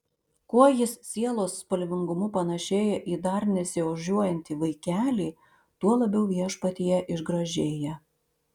kuo jis sielos spalvingumu panašėja į dar nesiožiuojantį vaikelį tuo labiau viešpatyje išgražėja